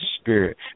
spirit